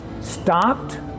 stopped